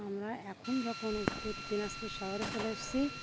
আমরা এখন যখন উত্তর দিনাজপুর শহরে চলে এসেছি